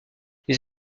les